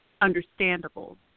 understandable